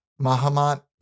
Mahamat